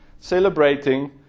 celebrating